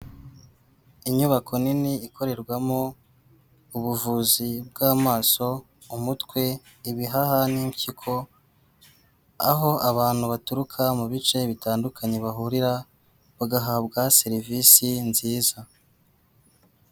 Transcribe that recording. Inyubako nini ikorerwamo ubuvuzi bw'amaso, umutwe, ibihaha n'impyiko aho abantu baturuka mu bice bitandukanye bahurira bagahabwa serivisi nziza.